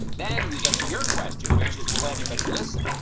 then we get to your question, which is will anybody listen?